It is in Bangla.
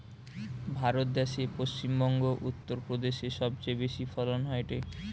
ভারত দ্যাশে পশ্চিম বংগো, উত্তর প্রদেশে সবচেয়ে বেশি ফলন হয়টে